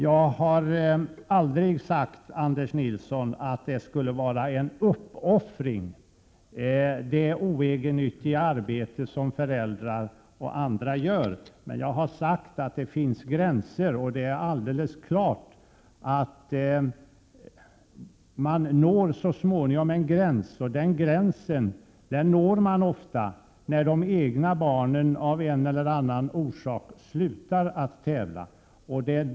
Jag har aldrig sagt, Anders Nilsson, att det oegennyttiga arbete som föräldrar och andra gör skulle vara en uppoffring, men jag har sagt att det finns gränser, och det är alldeles klart att man så småningom når en gräns. Den gränsen nås ofta när de egna barnen av en eller annan orsak slutar att tävla.